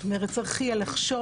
זאת אומרת צריך יהיה לחשוב,